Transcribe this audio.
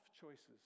choices